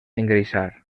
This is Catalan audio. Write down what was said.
engreixar